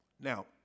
Now